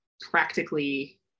practically